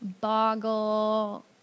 Boggle